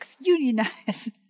unionize